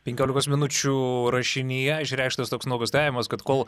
penkiolikos minučių rašinyje išreikštas toks nuogąstavimas kad kol